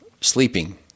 sleeping